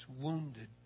wounded